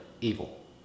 evil